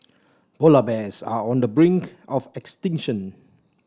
polar bears are on the brink of extinction